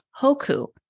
Hoku